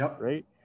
right